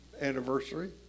anniversary